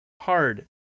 hard